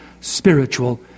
spiritual